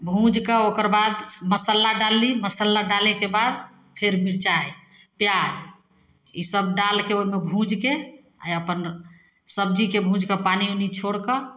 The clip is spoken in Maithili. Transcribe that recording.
भुजिकऽ ओकर बाद मसल्ला डालली मसल्ला डालैके बाद फेर मिरचाइ पिआज ईसब डालिके ओहिमे भुजिके आओर अपन सबजीके भुजिके पानी उनी छोड़िके